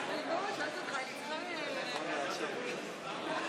וימינה להביע אי-אמון בממשלה לא נתקבלה.